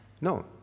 no